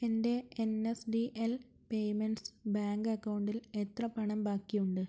എൻ്റെ N S D L payments bank അക്കൗണ്ടിൽ എത്ര പണം ബാക്കിയുണ്ട്